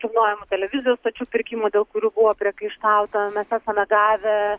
kilnojamų televizijos stočių pirkimų dėl kurių buvo priekaištauta mes esame gavę